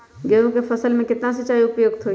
गेंहू के फसल में केतना सिंचाई उपयुक्त हाइ?